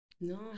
No